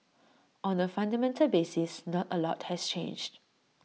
on A fundamental basis not A lot has changed